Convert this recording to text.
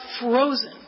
frozen